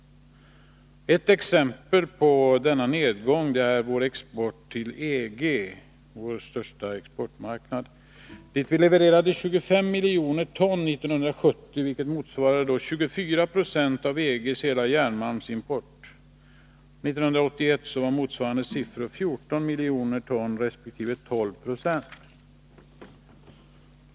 Ett exempel på denna nedgång är vår export till EG, vår största exportmarknad, dit vi levererade 25 miljoner ton 1970, vilket motsvarade 24 26 av EG:s hela järnmalmsimport. 1981 var motsvarande siffror 14 miljoner ton resp. 12 96.